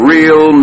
Real